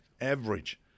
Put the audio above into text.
Average